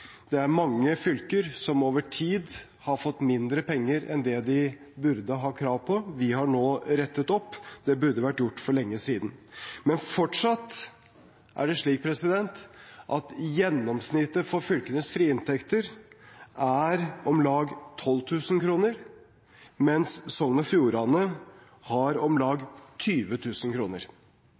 Det er mange fylker som over tid har fått mindre penger enn det de burde ha krav på. Vi har nå rettet opp, det burde vært gjort for lenge siden. Men fortsatt er det slik at gjennomsnittet for fylkenes frie inntekter er om lag 12 000 kr, mens Sogn og Fjordane har om lag